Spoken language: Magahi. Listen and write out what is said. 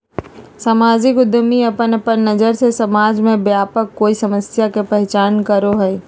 सामाजिक उद्यमी अपन अपन नज़र से समाज में व्याप्त कोय समस्या के पहचान करो हइ